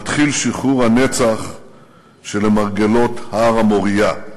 מתחיל שחרור הנצח שלמרגלות הר המוריה,